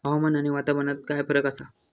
हवामान आणि वातावरणात काय फरक असा?